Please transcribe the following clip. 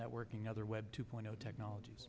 networking other web two point zero technologies